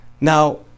now